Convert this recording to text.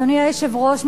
אדוני-היושב ראש,